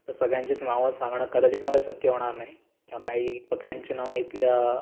तर सगळ्यांचीच नावं सांगणं कदाचित मला शक्य होणार नाही किंवा काही पक्षांची नावं इथल्या